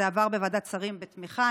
זה עבר בוועדת שרים בתמיכה.